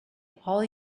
all